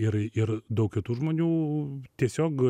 ir ir daug kitų žmonių tiesiog